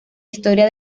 historia